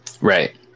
Right